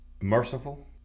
merciful